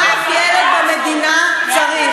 מה אף אחד במדינה צריך,